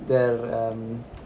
then I'll um